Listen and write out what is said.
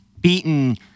beaten